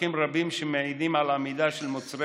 מסמכים רבים המעידים על עמידה של מוצרי